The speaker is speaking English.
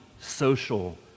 social